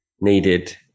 needed